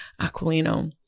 Aquilino